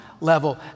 level